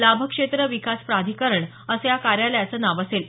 लाभक्षेत्र विकास प्राधीकरण असं या कार्यालयाचं नाव असेल